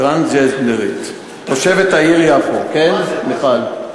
טרנסג'נדרית, תושבת העיר יפו, כן, מיכל?